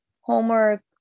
homework